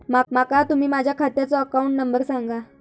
माका तुम्ही माझ्या खात्याचो अकाउंट नंबर सांगा?